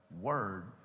Word